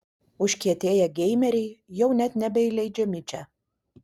užkietėję geimeriai jau net nebeįleidžiami čia